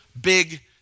big